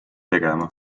tegema